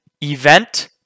Event